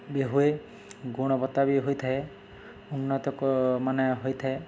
ବି ହୁଏ ଗୁଣବତ୍ତା ବି ହୋଇଥାଏ ଉନ୍ନତ ମାନେ ହୋଇଥାଏ